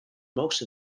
most